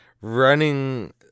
running